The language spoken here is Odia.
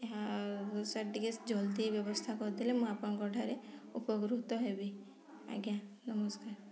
ଏହା ସାର୍ ଟିକେ ଜଲଦି ବ୍ୟବସ୍ଥା କରିଦେଲେ ମୁଁ ଆପଣଙ୍କ ଠାରେ ଉପକୃତ ହେବି ଆଜ୍ଞା ନମସ୍କାର